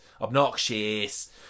obnoxious